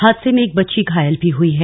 हादसे में एक बच्ची घायल भी हुई है